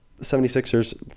76ers